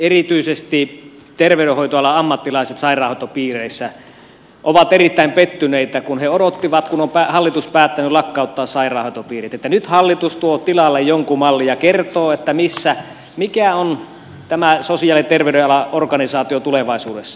erityisesti terveydenhoitoalan ammattilaiset sairaanhoitopiireissä ovat erittäin pettyneitä kun he odottivat kun on hallitus päättänyt lakkauttaa sairaanhoitopiirit että nyt hallitus tuo tilalle jonkun mallin ja kertoo mikä on tämä sosiaali ja terveysalan organisaatio tulevaisuudessa